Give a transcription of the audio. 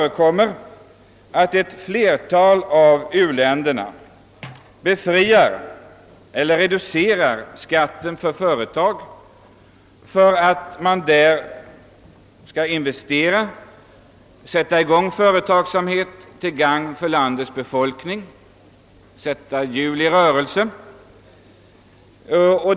Ett flertal av u-länderna efterskänker eller reducerar skatten för utländska företag för att dessa skall starta en företagsverksamhet till gagn för landets befolkning.